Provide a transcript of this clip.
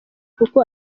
kuko